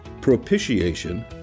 propitiation